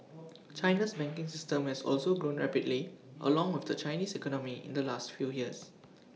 China's banking system has also grown rapidly along with the Chinese economy in the last few years